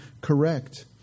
correct